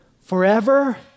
forever